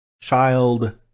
child